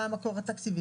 המקור התקציבי